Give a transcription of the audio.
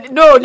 no